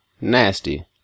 Nasty